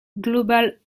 global